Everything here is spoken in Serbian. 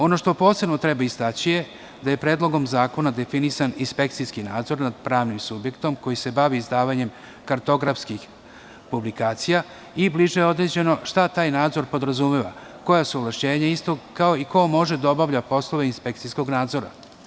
Ono što posebno istaći je da je Predlogom zakona definisan inspekcijski nadzornad pravnim subjektom koji se bavi izdavanjem kartografskih publikacija i bliže je određeno šta taj nadzor podrazumeva, koja su ovlašćenja istog, kao i ko može da obavlja poslove inspekcijskog nadzora.